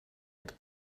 mit